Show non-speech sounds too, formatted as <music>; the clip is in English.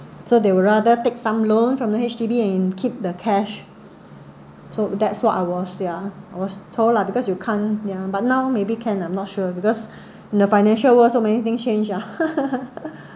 so they would rather take some loan from the H_D_B and keep the cash so that's what I was ya I was told lah because you can't yeah but now maybe can I'm not sure because in the financial world so many thing change ah <laughs>